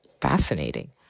Fascinating